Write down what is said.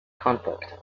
conflict